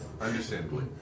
Understandably